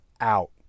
out